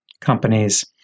companies